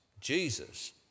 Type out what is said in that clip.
Jesus